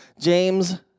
James